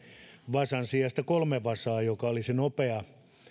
vasan sijasta kolme vasaa mikä olisi nopea